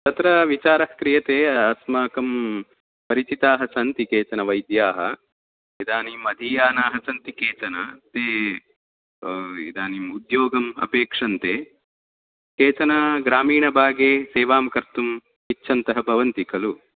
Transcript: तत्र विचारः क्रीयते अस्माकं परिचिताः सन्ति केचन वैद्याः इदानीं अधीयानाः सन्ति केचन ते इदानीम् उद्योगम् अपेक्षन्ते केचन ग्रामीण भगे सेवां कर्तुम् इच्छन्तः भवन्ति खलु